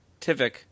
Tivik